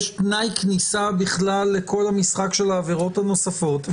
יש תנאי כניסה בכלל לכל המשחק של העבירות הנוספות,